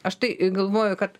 aš tai galvoju kad